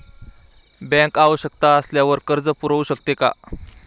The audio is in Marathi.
बँक आवश्यकता असल्यावर कर्ज पुरवू शकते का?